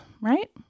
right